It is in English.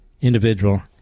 individual